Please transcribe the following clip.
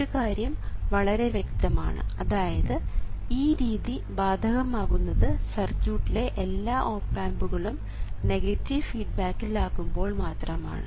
ഒരു കാര്യം വളരെ വ്യക്തമാണ് അതായത് ഈ രീതി ബാധകമാകുന്നത് സർക്യൂട്ടിലെ എല്ലാ ഓപ് ആമ്പുകളും നെഗറ്റീവ് ഫീഡ്ബാക്കിൽ ആകുമ്പോൾ മാത്രമാണ്